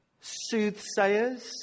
soothsayers